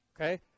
Okay